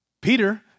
Peter